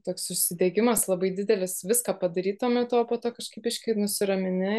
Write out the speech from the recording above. toks užsidegimas labai didelis viską padarytum o po to kažkaip biškį nusiramini